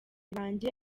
banjye